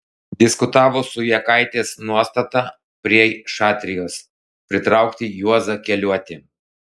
diskutavo su jakaitės nuostata prie šatrijos pritraukti juozą keliuotį